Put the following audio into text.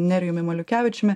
nerijumi maliukevičiumi